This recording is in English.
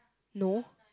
no